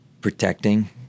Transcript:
protecting